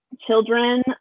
children